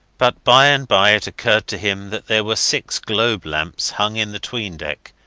but by-and-by it occurred to him that there were six globe lamps hung in the tween-deck,